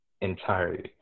entirely